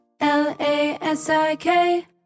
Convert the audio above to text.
L-A-S-I-K